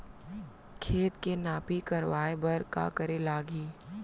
खेत के नापी करवाये बर का करे लागही?